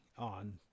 on